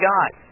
God